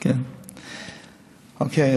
אוקיי.